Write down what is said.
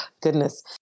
goodness